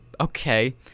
Okay